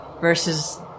versus